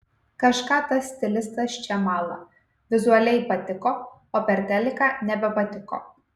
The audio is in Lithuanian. kažką tas stilistas čia mala vizualiai patiko o per teliką nebepatiko